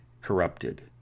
corrupted